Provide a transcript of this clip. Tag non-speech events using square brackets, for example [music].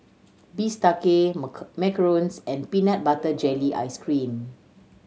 bistake [unintelligible] macarons and peanut butter jelly ice cream